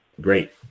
great